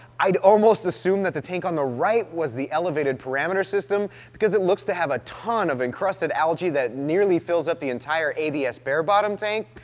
i'd almost assume that the tank on the right was the elevated parameter system, because it looks to have a ton of encrusted algae that nearly fills up the entire abs bare bottom tank.